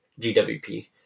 GWP